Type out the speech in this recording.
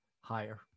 higher